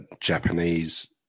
Japanese